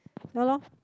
ya lor